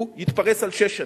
הוא יתפרס על שש שנים.